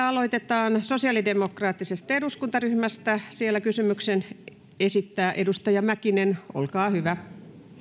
aloitetaan sosiaalidemokraattisesta eduskuntaryhmästä siellä kysymyksen esittää edustaja mäkinen olkaa hyvä